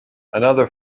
another